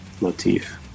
motif